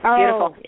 Beautiful